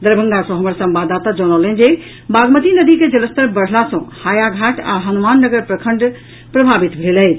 दरभंगा सँ हमर संवाददाता जनौलनि जे बागमती नदी के जलस्तर बढ़ला सँ हायाघाट आ हनुमान नगर प्रखंड प्रभावित भेल अछि